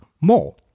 more